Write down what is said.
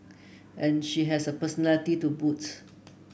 and she has a personality to boot